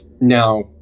now